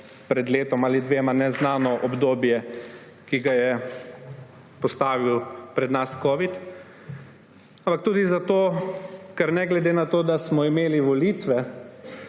pred letom ali dvema neznano obdobje, ki ga je postavil pred nas covid, ampak tudi zato, ker se bo ne glede na to, da smo imeli volitve